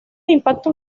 impactos